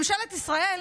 ממשלת ישראל,